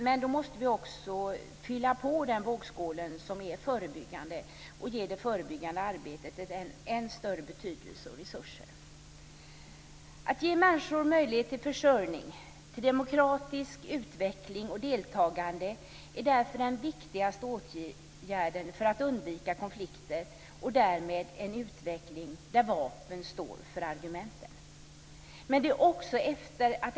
Men då måste vi också fylla på vågskålen med förebyggande insatser och ge det förebyggande arbetet än större betydelse och än mer resurser. Att ge människor möjlighet till försörjning, till demokratisk utveckling och till deltagande är därför den viktigaste åtgärden för att undvika konflikter - och därmed en utveckling där vapen står för argumenten.